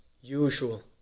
usual